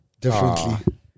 differently